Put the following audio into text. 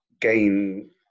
gain